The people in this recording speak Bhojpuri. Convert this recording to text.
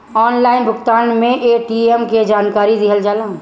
ऑनलाइन भुगतान में ए.टी.एम के जानकारी दिहल जाला?